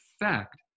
effect